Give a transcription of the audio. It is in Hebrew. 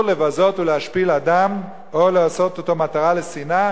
לבזות או להשפיל אדם או לעשות אותו מטרה לשנאה,